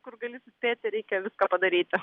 kur gali suspėti reikia viską padaryti